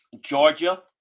georgia